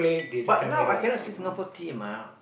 but now I can not see Singapore team ah